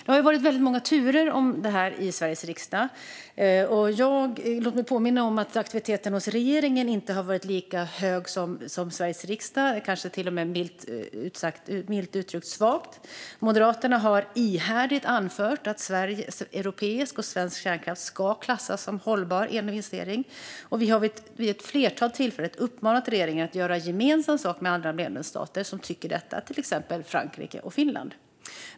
Det har varit många turer i Sveriges riksdag. Låt mig påminna om att aktiviteten hos regeringen inte har varit lika hög som i Sveriges riksdag, eller milt uttryckt svag. Moderaterna har ihärdigt anfört att europeisk och svensk kärnkraft ska klassas som hållbar investering, och vi har vid ett flertal tillfällen uppmanat regeringen att göra gemensam sak med andra medlemsstater, till exempel Frankrike och Finland.